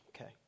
Okay